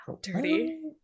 Dirty